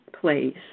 place